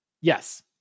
Yes